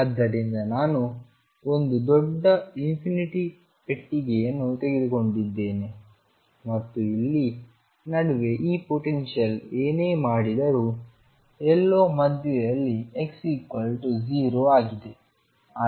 ಆದ್ದರಿಂದ ನಾನು ಒಂದು ದೊಡ್ಡ ಇನ್ಫಿನಿಟಿ ಪೆಟ್ಟಿಗೆಯನ್ನು ತೆಗೆದುಕೊಂಡಿದ್ದೇನೆ ಮತ್ತು ಇಲ್ಲಿ ನಡುವೆ ಈ ಪೊಟೆನ್ಶಿಯಲ್ ಏನೇ ಮಾಡಿದರು ಎಲ್ಲೋ ಮಧ್ಯದಲ್ಲಿ X0 ಆಗಿದೆ